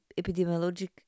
epidemiologic